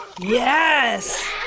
Yes